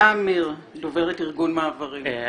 אלה אמיר, דוברת ארגון מעברים.